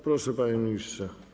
Proszę, panie ministrze.